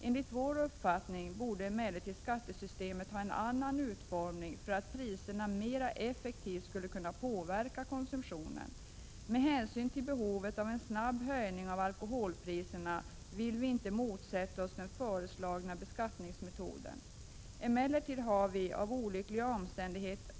Enligt vår uppfattning borde emellertid skattesystemet ha en annan utformning för att priserna mer effektivt skulle kunna påverka konsumtionen. Med hänsyn till behovet av en snabb höjning av alkoholpriserna vill vi inte motsätta oss den föreslagna beskattningsmetoden.